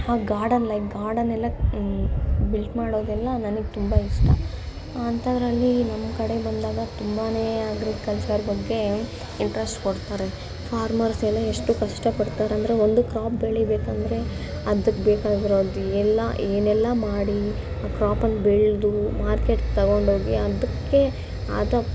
ಆ garden like ಗಾರ್ಡನ್ನೆಲ್ಲ built ಮಾಡೋದೆಲ್ಲ ನನಗೆ ತುಂಬ ಇಷ್ಟ ಅಂಥದ್ರಲ್ಲಿ ನಮ್ಮ ಕಡೆ ಬಂದಾಗ ತುಂಬನೇ ಅಗ್ರಿಕಲ್ಚರ್ ಬಗ್ಗೆ ಇಂಟ್ರೆಸ್ಟ್ ಕೊಡ್ತಾರೆ ಫಾರ್ಮರ್ಸೆಲ್ಲ ಎಷ್ಟು ಕಷ್ಟಪಡ್ತಾರೆಂದ್ರೆ ಒಂದು ಕ್ರಾಪ್ ಬೆಳಿಬೇಕೆಂದ್ರೆ ಅದಕ್ಕೆ ಬೇಕಾಗಿರೋದು ಎಲ್ಲ ಏನೆಲ್ಲ ಮಾಡಿ ಆ ಕ್ರಾಪನ್ನ ಬೆಳೆದು ಮಾರ್ಕೆಟ್ಗೆ ತಗೊಂಡೋಗಿ ಅದಕ್ಕೆ ಆದ